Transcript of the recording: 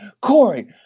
Corey